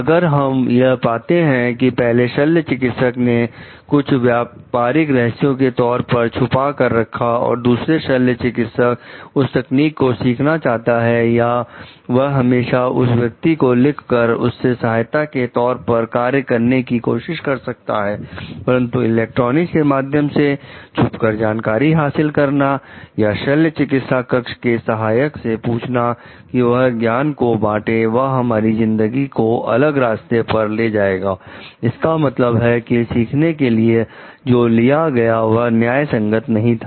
अगर हम यह पाते हैं कि पहले शल्य चिकित्सक ने कुछ व्यापारिक रहस्य के तौर पर छुपा कर रखा है और दूसरा शल्य चिकित्सक उस तकनीक को सीखना चाहता है या वह हमेशा उस व्यक्ति को लिखकर उसके सहायक के तौर पर कार्य करने की कोशिश कर सकता है परंतु इलेक्ट्रॉनिक के माध्यम से छुपकर जानकारी हासिल करना या शल्य चिकित्सा कक्ष के सहायक से पूछना कि वह ज्ञान को बाटे यह हमारी जिंदगी को अलग रास्ते पर ले जाएगा इसका मतलब है कि सीखने के लिए जो लिया गया वह न्याय संगत नहीं था